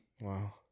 Wow